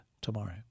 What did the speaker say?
tomorrow